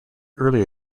earlier